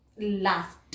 last